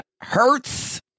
Hurts